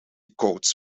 quotes